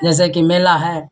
जैसे कि मेला है